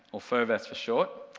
or fovas for short.